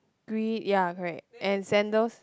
green ya correct and sandals